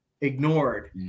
ignored